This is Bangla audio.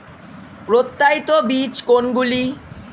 প্রত্যায়িত বীজ কোনগুলি?